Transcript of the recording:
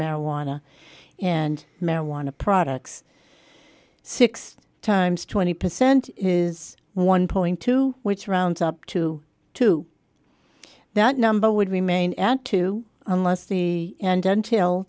marijuana and marijuana products six times twenty percent is one dollar which rounds up to two that number would remain at two unless the and until